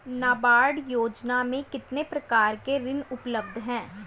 नाबार्ड योजना में कितने प्रकार के ऋण उपलब्ध हैं?